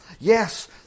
Yes